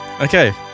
Okay